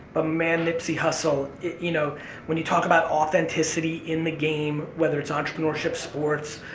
ah man nipsey hussle. you know when you talk about authenticity in the game whether it's entrepreneurship, sports,